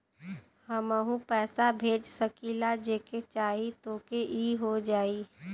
हमहू पैसा भेज सकीला जेके चाही तोके ई हो जाई?